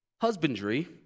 husbandry